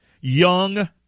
young